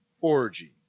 orgy